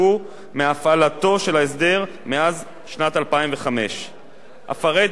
ההסדר מאז שנת 2005. אפרט בקצרה כמה מהוראות אלו: